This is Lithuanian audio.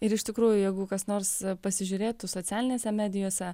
ir iš tikrųjų jeigu kas nors pasižiūrėtų socialinėse medijose